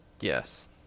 Yes